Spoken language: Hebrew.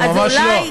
לא, ממש לא.